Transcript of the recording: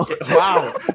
Wow